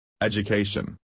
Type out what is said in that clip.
Education